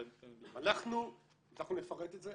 אנחנו נפרט את זה.